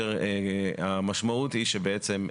המשמעות היא שבעצם,